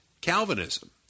Calvinism